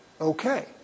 okay